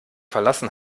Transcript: verlassen